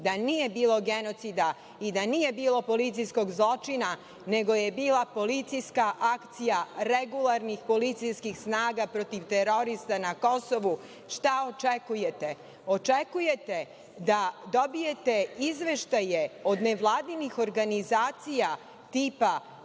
da nije bilo genocida i da nije bilo policijskog zločina, nego je bila policijska akcija regularnih policijskih snaga protiv terorista na Kosovu, šta očekujete? Očekujete da dobijete izveštaje od nevladinih organizacija tipa